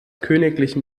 königlichen